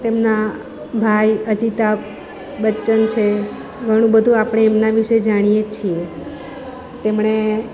તેમના ભાઈ અજીતાભ બચ્ચન છે ઘણું બધું આપણે એમના વિષે જાણીએ જ છીએ તેમણે